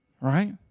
right